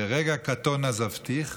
"ברגע קטֹן עזבתיך